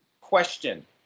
Question